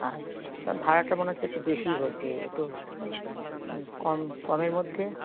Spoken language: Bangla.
আচ্ছা তা ভাড়াটা মনে হচ্ছে একটু বেশীই হচ্ছে একটু কম কমের মধ্যে